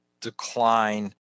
decline